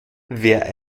wer